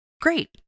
great